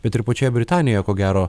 bet ir pačioje britanijoje ko gero